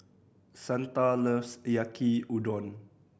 Santa loves Yaki Udon